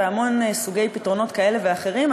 והמון סוגי פתרונות כאלה ואחרים,